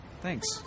Thanks